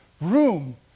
room